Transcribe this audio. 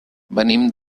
venim